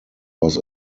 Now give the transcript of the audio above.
was